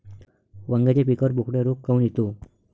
वांग्याच्या पिकावर बोकड्या रोग काऊन येतो?